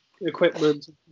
equipment